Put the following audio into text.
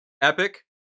epic